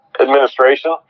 administration